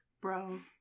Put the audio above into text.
Bro